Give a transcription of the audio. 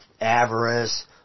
avarice